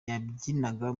yabyinaga